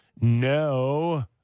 No